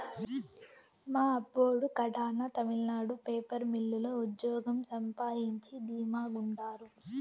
మా అబ్బోడు కడాన తమిళనాడు పేపర్ మిల్లు లో ఉజ్జోగం సంపాయించి ధీమా గుండారు